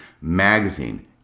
magazine